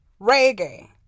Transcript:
reggae